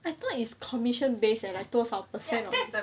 I thought his commission based like 多少 percent